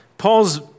Paul's